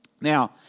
Now